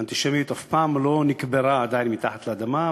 שהאנטישמיות לא נקברה עדיין מתחת לאדמה,